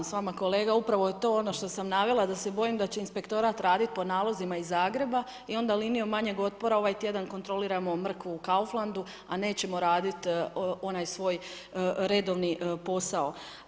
Ja se slažem s vama kolega, upravo je to ono što sam navela da se bojim da će inspektorat raditi po nalogu iz Zagreba i onda linijom manjeg otpora ovaj tjedan kontroliramo mrkvu u Kauflandu a nećemo raditi onaj svoj redovni posao.